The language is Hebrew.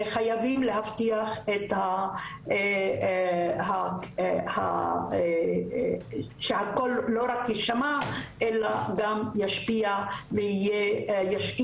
חייבים להבטיח שהקול לא רק יישמע אלא גם ישפיע וישאיר